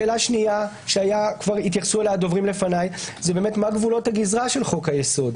שאלה שנייה שהתייחסו אליה מה גבולות הגזרה של חוק היסוד.